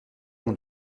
ont